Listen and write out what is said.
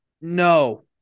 No